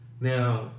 now